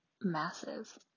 massive